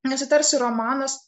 nes ji tarsi romanas